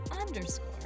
underscore